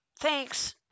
thanks